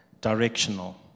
directional